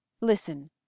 Listen